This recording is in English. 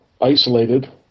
isolated